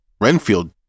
Renfield